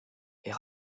est